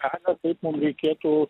ką ne taip mum reikėtų